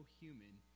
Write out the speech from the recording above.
human